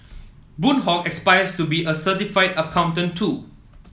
Boon Hock aspires to be a certified accountant too